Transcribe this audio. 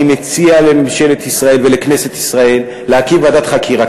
אני מציע לממשלת ישראל ולכנסת ישראל להקים ועדת חקירה.